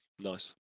Nice